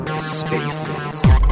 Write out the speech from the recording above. spaces